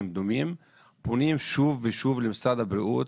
דומים פונים שוב ושוב למשרד הבריאות